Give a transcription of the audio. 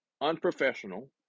unprofessional